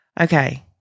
Okay